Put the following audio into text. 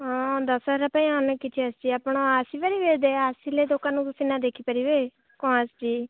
ହଁ ଦଶହରା ପାଇଁ ଅନେକ କିଛି ଆସିଛି ଆପଣ ଆସିପାରିବେ ଆସିଲେ ଦୋକାନକୁ ସିନା ଦେଖିପାରିବେ କଣ ଆସିଛି